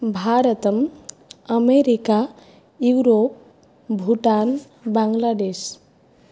भारतम् America Europe Bhutan Bangladesh